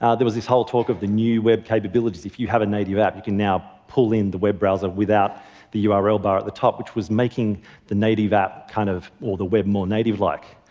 um there was this whole talk of the new web capabilities, if you have a native app, you can now pull in the web browser without the um url bar at the top, which was making the native app kind of or the web more native-like.